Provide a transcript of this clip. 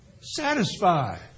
Satisfy